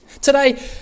Today